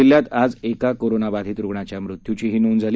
जिल्ह्यात आज एका कोरोनाबाधित रुग्णाच्या मृत्यूचीही नोंद झाली